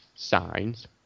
Signs